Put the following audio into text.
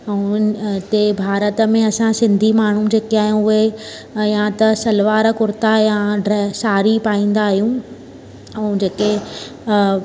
ऐं भारत में असां सिंधी माण्हू जेके आहियूं उहे या त सलिवार कुर्ता या ड्रेस साड़ी पाईंदा आहियूं ऐं जेके